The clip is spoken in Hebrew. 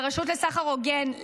לרשות לסחר הוגן,